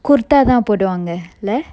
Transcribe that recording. kurtha தான் போடுவாங்க:than poduvanga lah